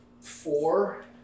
Four